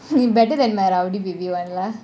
you better than maraodi I'll give you one lah